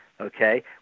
okay